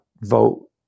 vote